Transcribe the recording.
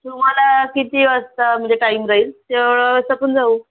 तुम्हाला किती वाजता म्हणजे टाईम राहील त्यावेळेस आपण जाऊ